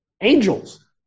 angels